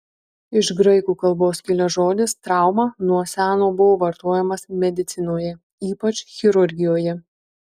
iš graikų kalbos kilęs žodis trauma nuo seno buvo vartojamas medicinoje ypač chirurgijoje